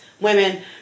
women